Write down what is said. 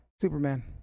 superman